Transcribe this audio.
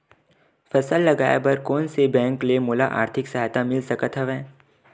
फसल लगाये बर कोन से बैंक ले मोला आर्थिक सहायता मिल सकत हवय?